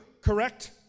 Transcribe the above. correct